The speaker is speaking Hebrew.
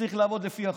וצריך לעבוד לפי החוק.